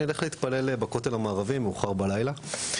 אני אלך להתפלל בכותל המערבי מאוחר בלילה.